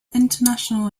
international